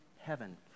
heaven